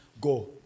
Go